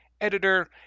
editor